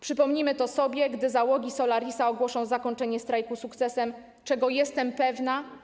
Przypomnimy to sobie, gdy załogi Solarisa ogłoszą zakończenie strajku sukcesem, czego jestem pewna.